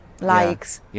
likes